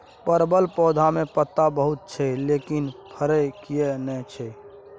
परवल पौधा में पत्ता बहुत छै लेकिन फरय किये नय छै?